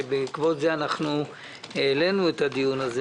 שבעקבות זה העלינו את הדיון הזה